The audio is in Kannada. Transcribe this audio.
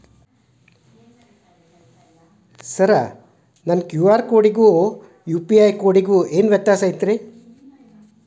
ಸರ್ ನನ್ನ ಕ್ಯೂ.ಆರ್ ಕೊಡಿಗೂ ಆ ಯು.ಪಿ.ಐ ಗೂ ಏನ್ ವ್ಯತ್ಯಾಸ ಐತ್ರಿ?